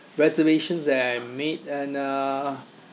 reservations that I made and uh